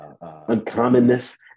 uncommonness